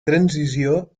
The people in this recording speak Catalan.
transició